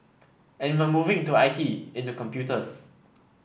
and we're moving into I T into computers